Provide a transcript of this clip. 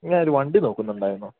ഞാൻ ഒരു വണ്ടി നോക്കുന്നുണ്ടായിരുന്നു